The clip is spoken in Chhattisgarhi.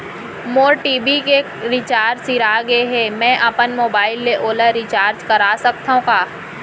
मोर टी.वी के रिचार्ज सिरा गे हे, मैं अपन मोबाइल ले ओला रिचार्ज करा सकथव का?